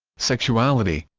sexuality